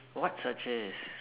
what searches